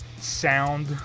sound